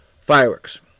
Fireworks